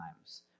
times